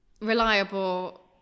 reliable